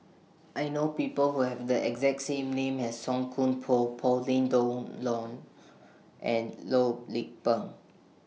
I know People Who Have The exact same name as Song Koon Poh Pauline Dawn Loh and Loh Lik Peng